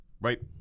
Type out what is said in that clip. Right